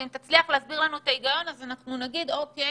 ואם תצליח להסביר לנו את ההיגיון נגיד: אוקי,